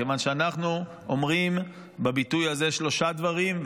כיוון שאנחנו אומרים בביטוי הזה שלושה דברים,